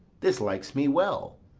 this likes me well.